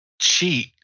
cheat